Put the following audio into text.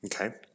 Okay